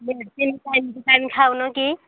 ତିନି time two time ଖାଉନ କି